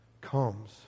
comes